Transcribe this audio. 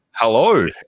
Hello